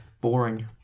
Boring